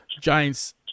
Giants